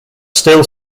still